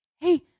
hey